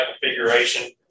configuration